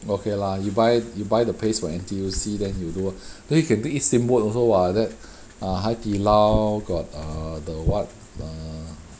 okay lah you buy you buy the paste from N_T_U_C then you do then you can take do eat steamboat also [what] like that uh 海底捞 got err the what err